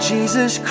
Jesus